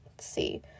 see